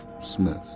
smith